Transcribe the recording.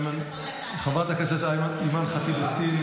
חברת הכנסת אימאן ח'טיב יאסין,